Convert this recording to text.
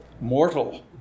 Mortal